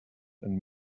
and